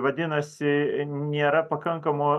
vadinasi nėra pakankamo